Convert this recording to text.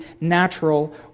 natural